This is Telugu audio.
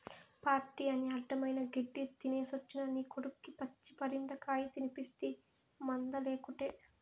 పార్టీ అని అడ్డమైన గెడ్డీ తినేసొచ్చిన నీ కొడుక్కి పచ్చి పరిందకాయ తినిపిస్తీ మందులేకుటే